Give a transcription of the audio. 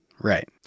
Right